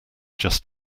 just